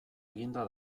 eginda